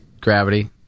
gravity